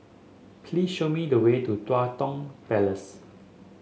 please show me the way to Tua Kong Palace